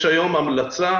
יש היום סוף-סוף המלצה